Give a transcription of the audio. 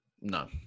No